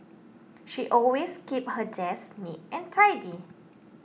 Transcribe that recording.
she always keeps her desk neat and tidy